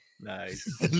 Nice